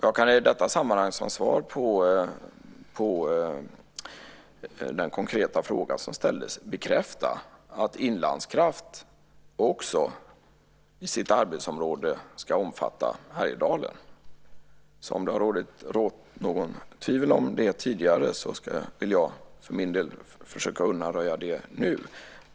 Jag kan i detta sammanhang som svar på den konkreta fråga som ställdes bekräfta att Inlandskraft i sitt arbetsområde också ska omfatta Härjedalen. Om det har rått något tvivel om det tidigare vill jag för min del försöka att undanröja det nu.